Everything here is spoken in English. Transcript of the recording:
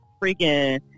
freaking